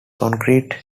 concrete